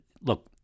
look